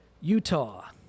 Utah